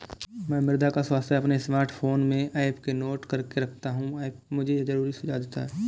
मैं मृदा का स्वास्थ्य अपने स्मार्टफोन में ऐप में नोट करके रखता हूं ऐप मुझे जरूरी सुझाव देता है